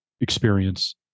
experience